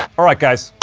alright guys,